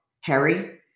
Harry